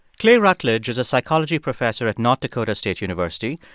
clay routledge is a psychology professor at north dakota state university.